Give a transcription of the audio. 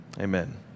Amen